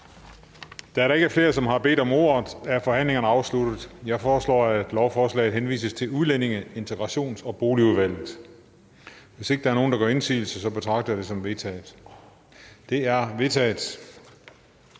Da der ikke er flere, som har bedt om ordet, er forhandlingen afsluttet. Jeg foreslår, at lovforslaget henvises til Udlændinge-, Integrations- og Boligudvalget. Hvis ikke der er nogen, der gør indsigelse, betragter jeg det som vedtaget. Det er vedtaget.